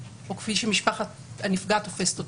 או כפי שמשפחת הנפגע תופסת אותן,